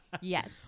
Yes